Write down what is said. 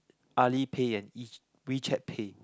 Ali pay and WeChat pay